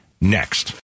next